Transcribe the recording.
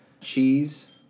cheese